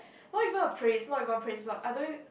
not even a praise not even a praise but I don't